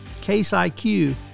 CaseIQ